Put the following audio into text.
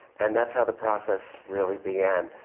and that's how the process really began.